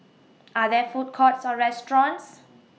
Are There Food Courts Or restaurants